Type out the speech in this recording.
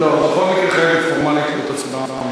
לא, בכל מקרה, פורמלית חייבת להיות הצבעה.